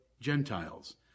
Gentiles